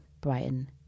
Brighton